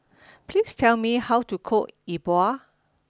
please tell me how to cook E Bua